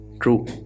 true